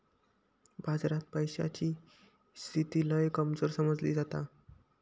बाजारात पैशाची स्थिती लय कमजोर समजली जाता